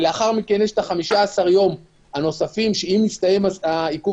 ולאחר מכן יש 15 הימים הנוספים שאם מסיים עיכוב